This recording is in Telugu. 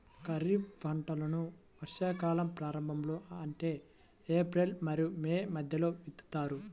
ఖరీఫ్ పంటలను వర్షాకాలం ప్రారంభంలో అంటే ఏప్రిల్ మరియు మే మధ్యలో విత్తుతారు